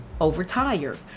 overtired